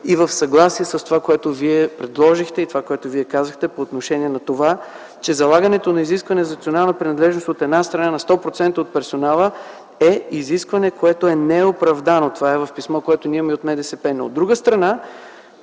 и в съгласие с това, което Вие предложихте и което казахте по отношение на това, че залагането на изискване за национална принадлежност, от една страна, на 100% от персонала, е изискване, което е неоправдано. Това е в писмо, което ние имаме от МТСП. Но от друга страна,